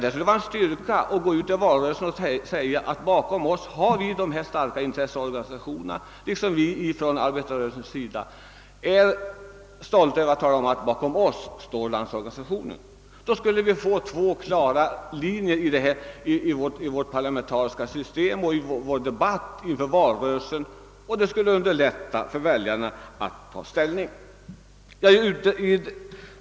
Då skulle vi få två klara linjer i vårt parlamentariska system och i vår debatt inför valrörelsen, vilket skulle underlätta för väljarna att ta ställning.